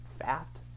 fat